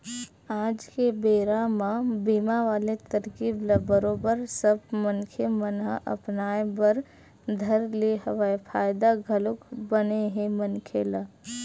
आज के बेरा म बीमा वाले तरकीब ल बरोबर सब मनखे मन ह अपनाय बर धर ले हवय फायदा घलोक बने हे मनखे ल